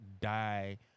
die